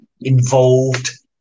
involved